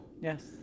Yes